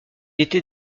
était